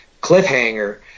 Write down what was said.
cliffhanger